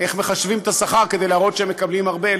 איך מחשבים את השכר כדי להראות שהם מקבלים הרבה.